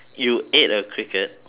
you ate a cricket